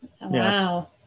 Wow